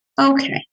Okay